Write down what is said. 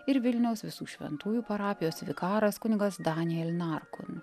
ir vilniaus visų šventųjų parapijos vikaras kunigas daniel narkun